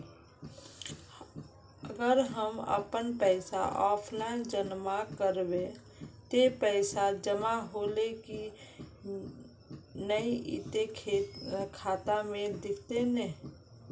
अगर हम अपन पैसा ऑफलाइन जमा करबे ते पैसा जमा होले की नय इ ते खाता में दिखते ने?